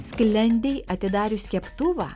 sklendei atidarius keptuvą